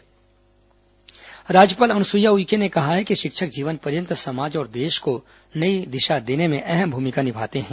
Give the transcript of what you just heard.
राज्यपाल शिक्षक सम्मान राज्यपाल अनुसुईया उइके ने कहा है कि शिक्षक जीवन पर्यन्त समाज और देश को नई दिशा देने में अहम भूमिका निभाता है